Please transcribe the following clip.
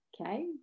okay